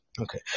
Okay